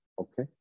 okay